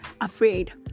afraid